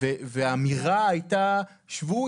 והאמירה הייתה שבו,